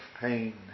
pain